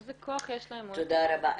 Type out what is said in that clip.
איזה כוח יש להן -- תודה רבה.